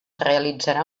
realitzarà